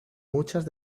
muchas